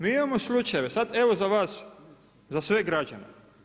Mi imamo slučajeve, sad evo za vas za sve građane.